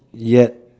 yet